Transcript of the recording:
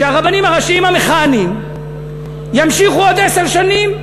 שהרבנים הראשיים המכהנים ימשיכו עוד עשר שנים.